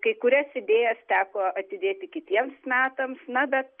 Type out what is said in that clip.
kai kurias idėjas teko atidėti kitiems metams na bet